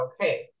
okay